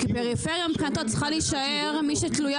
כי פריפריה לדעתו צריכה להישאר מי שתלויה